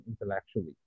intellectually